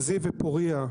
זיו ופוריה,